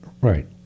Right